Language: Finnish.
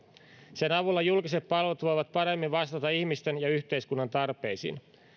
sen avulla julkiset palvelut voivat paremmin vastata ihmisten ja yhteiskunnan tarpeisiin